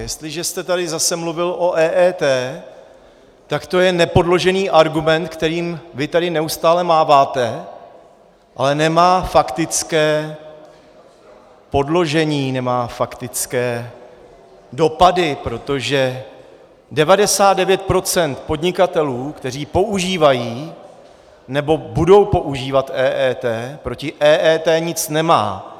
Jestliže jste tady zase mluvil o EET, tak to je nepodložený argument, kterým vy tady neustále máváte, ale nemá faktické podložení, nemá faktické dopady, protože 99 % podnikatelů, kteří používají nebo budou používat EET, proti EET nic nemá.